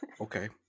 okay